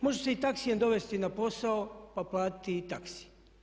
Može se i taksijem dovesti na posao, pa platiti i taksi.